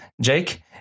Jake